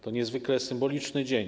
To niezwykle symboliczny dzień.